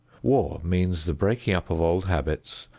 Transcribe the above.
war means the breaking up of old habits,